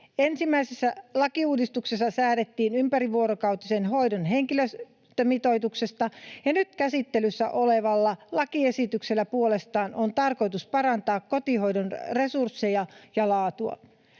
Ensimmäisessä lakiuudistuksessa säädettiin ympärivuorokautisen hoidon henkilöstömitoituksesta, ja nyt käsittelyssä olevalla lakiesityksellä puolestaan on tarkoitus parantaa kotihoidon resursseja ja laatua.